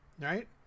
right